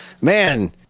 man